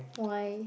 why